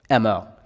MO